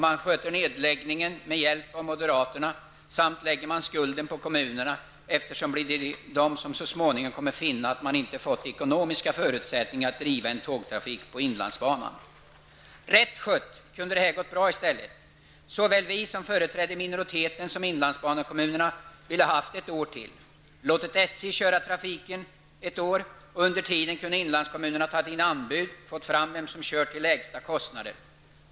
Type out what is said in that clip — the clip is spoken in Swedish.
Man sköter nedläggningen med hjälp av moderaterna och lägger skulden på kommunerna, eftersom det blir de som så småningom kommer att finna att man inte har fått de ekonomiska förutsättningarna att driva en tågtrafik på inlandsbanan. Rätt skött kunde detta gått bra i stället. Såväl vi som företräder minoriteten som inlandsbanekommunerna ville låta SJ köra trafiken ett år till. Under tiden kunde inlandskommunerna tagit in anbud och fått fram vem som kunde köra till lägsta kostnad.